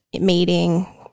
meeting